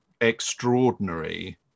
extraordinary